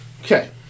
Okay